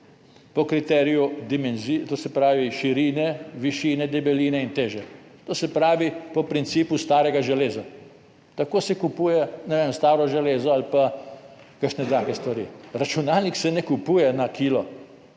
to se pravi širine, višine, debeline in teže, to se pravi, po principu starega železa. Tako se kupuje, ne vem, staro železo ali pa kakšne druge stvari. Računalnik se ne kupuje na kilo,